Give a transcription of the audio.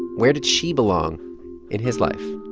where did she belong in his life?